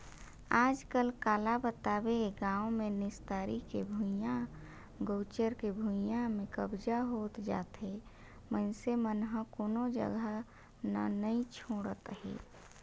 आजकल काला बताबे गाँव मे निस्तारी के भुइयां, गउचर के भुइयां में कब्जा होत जाथे मइनसे मन ह कोनो जघा न नइ छोड़त हे